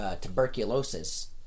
tuberculosis